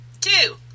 Two